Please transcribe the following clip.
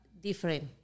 different